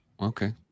okay